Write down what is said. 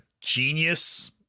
genius